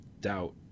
doubt